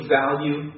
value